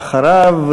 אחריו,